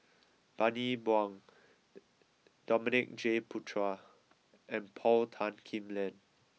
Bani Buang Dominic J Puthucheary and Paul Tan Kim Liang